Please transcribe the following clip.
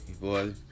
boy